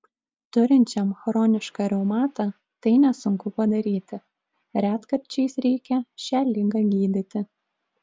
turinčiam chronišką reumatą tai nesunku padaryti retkarčiais reikia šią ligą gydyti